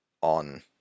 on